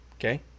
okay